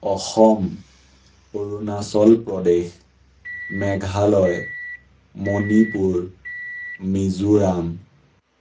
Assam Arunachal Pradesh Meghalaya Manipur Mizoram